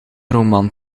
roman